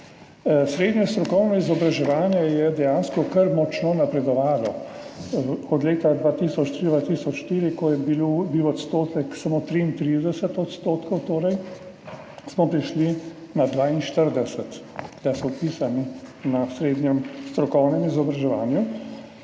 Srednje strokovno izobraževanje je dejansko kar močno napredovalo. Od leta 2003, 2004, ko je bil odstotek samo 33 %, smo prišli na 42 %, da so vpisani na srednjem strokovnem izobraževanju.